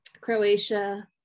Croatia